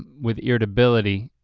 with irritability,